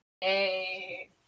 hey